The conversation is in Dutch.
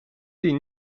die